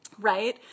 right